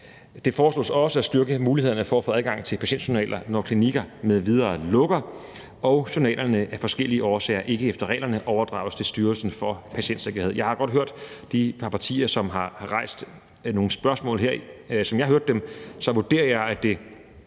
Det foreslås også at styrke mulighederne for at få adgang til patientjournaler, når klinikker m.v. lukker og journalerne af forskellige årsager ikke efter reglerne overdrages til Styrelsen for Patientsikkerhed. Jeg har godt hørt de par partier, som har rejst nogle spørgsmål her. Som jeg hørte dem, vurderer jeg, at den